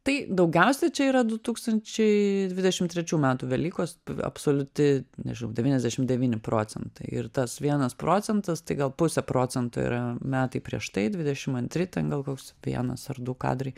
tai daugiausiai čia yra du tūkstančiai dvidešim trečių metų velykos absoliuti nežinau devyniasdešim devyni procentai ir tas vienas procentas tai gal pusė procento yra metai prieš tai dvidešim antri ten gal koks vienas ar du kadrai